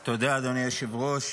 אתה יודע, אדוני היושב-ראש,